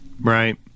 Right